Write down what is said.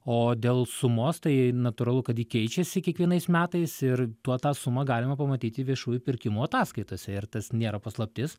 o dėl sumos tai natūralu kad ji keičiasi kiekvienais metais ir tuo tą sumą galima pamatyti viešųjų pirkimų ataskaitose ir tas nėra paslaptis